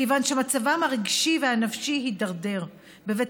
כיוון שמצבם הרגשי והנפשי הידרדר בבית